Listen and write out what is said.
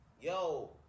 yo